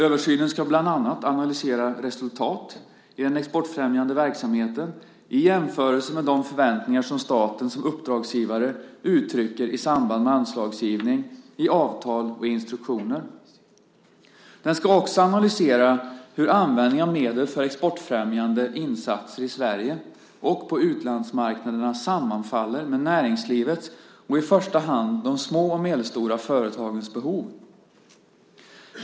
Översynen ska bland annat analysera resultat i den exportfrämjande verksamheten i jämförelse med de förväntningar som staten som uppdragsgivare uttrycker i samband med anslagsgivning, i avtal och instruktioner. Den ska också analysera hur användningen av medel för exportfrämjande insatser i Sverige och på utlandsmarknaderna sammanfaller med näringslivets, i första hand de små och medelstora företagens, behov.